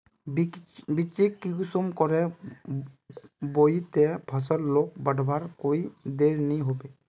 बिच्चिक कुंसम करे बोई बो ते फसल लोक बढ़वार कोई देर नी होबे?